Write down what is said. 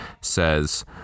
says